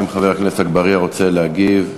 האם חבר הכנסת אגבאריה רוצה להגיב?